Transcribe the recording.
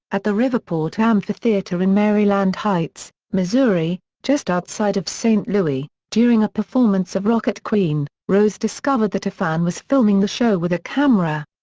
at the riverport amphitheater in maryland heights, missouri, just outside of st. louis, louis, during a performance of rocket queen, rose discovered that a fan was filming the show with a camera.